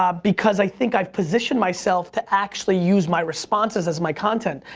um because i think i've positioned myself to actually use my responses as my content.